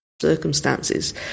Circumstances